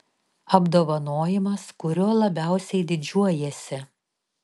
apdovanojimas kuriuo labiausiai didžiuojiesi